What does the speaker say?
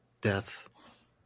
death